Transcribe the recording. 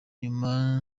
nyuma